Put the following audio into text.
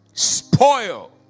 Spoil